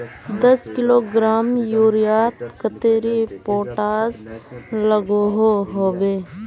दस किलोग्राम यूरियात कतेरी पोटास लागोहो होबे?